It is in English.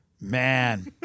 Man